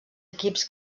equips